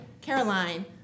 Caroline